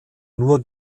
nur